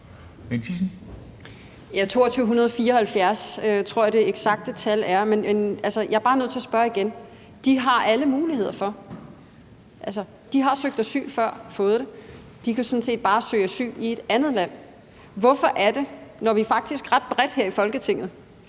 2.274 tror jeg det eksakte tal er, men jeg er bare nødt til at spørge om det igen. De har alle muligheder, altså, de har søgt asyl før og fået det, de kan sådan set bare søge asyl i et andet land. Hvorfor er det, at den her gruppe også